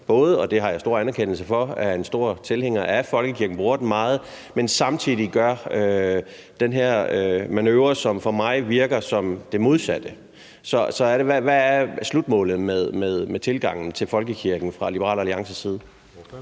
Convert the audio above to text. både, og det har jeg stor anerkendelse af, er en stor tilhænger af folkekirken, bruger den meget, men samtidig gør den her manøvre, som for mig virker som det modsatte. Så hvad er slutmålet med tilgangen til folkekirken fra Liberal Alliances side?